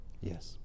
Yes